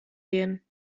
gehen